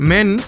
Men